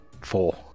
Four